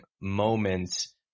moments